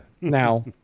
Now